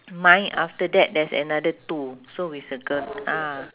mine after that there's another two so we circle ah